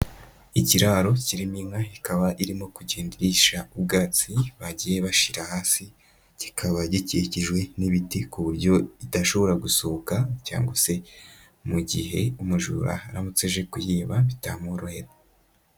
Ikiraro kirimo inka ikaba irimo kugenda irisha ubwatsi bagiye bashira hasi, kikaba gikikijwe n'ibiti ku buryo itashobora gusohoka cyangwa se mu gihe umujura aramutse aje kuyiba bitamworohera.